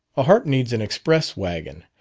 a harp needs an express wagon.